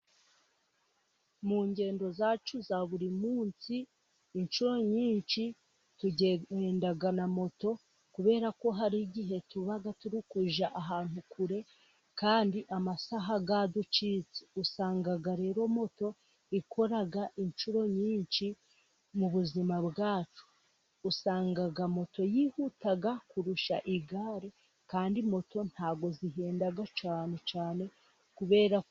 Mu ngendo zacu za buri munsi inshuro nyinshi tugenda na moto, kubera ko hari igihe tuba turikujya ahantu kure kandi amasaha ya ducitse, usanga rero moto ikora inshuro nyinshi mu buzima bwacu, usanga moto yihuta kurusha igare kandi moto ntago zihenda cyane cyane.